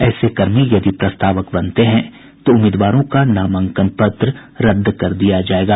ऐसे कर्मी यदि प्रस्तावक बनते हैं तो उम्मीदवारों का नामांकन पत्र रद्द कर दिया जायेगा